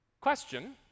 question